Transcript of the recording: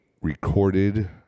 recorded